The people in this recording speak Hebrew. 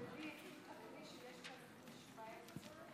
אדוני היושב-ראש, חברות וחברי הכנסת,